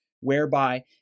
whereby